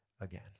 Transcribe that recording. again